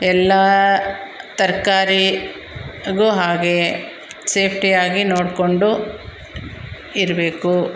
ಎಲ್ಲ ತರಕಾರಿಗೂ ಹಾಗೆ ಸೇಫ್ಟಿಯಾಗಿ ನೋಡಿಕೊಂಡು ಇರಬೇಕು